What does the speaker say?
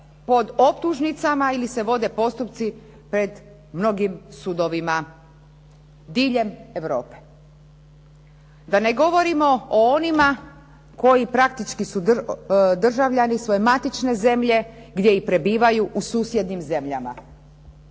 pod optužnicama ili se vode postupci pred mnogim sudovima diljem Europe. Da ne govorimo o onima koji praktički su državljani svoje matične zemlje, gdje i prebivaju u susjednim zemljama.